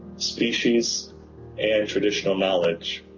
species and traditional knowledge